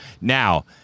now